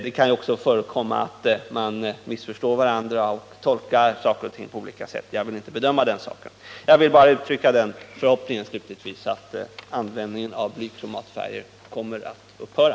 Det kan också förekomma att man missförstår varandra och tolkar saker och ting på olika sätt, men jag vill inte bedöma den saken. Jag vill slutligen bara uttrycka den förhoppningen att användningen av blykromatfärger kommer att upphöra.